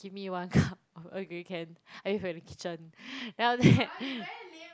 give me one cup of Earl Grey can I wait for you at the kitchen then after that